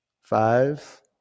five